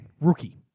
rookie